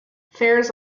fares